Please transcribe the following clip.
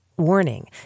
Warning